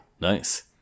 nice